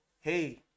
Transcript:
hey